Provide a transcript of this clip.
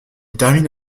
termine